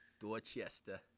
Dorchester